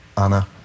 Anna